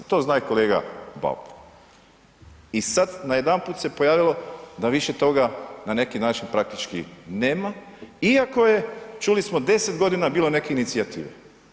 To zna i kolega Bauk i sad najedanput se pojavilo da više toga na neki način praktički nema iako je, čuli smo, 10 godina bilo neke inicijative.